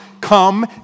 come